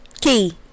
Key